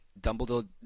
Dumbledore